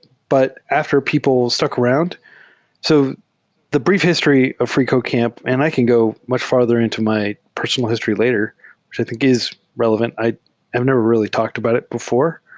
but after people stuck around so the brief history of freecodecamp, and i can go much farther into my personal history later, which i think is re levant. i have never really talked about it before.